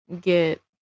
get